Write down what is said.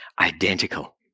identical